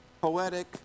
poetic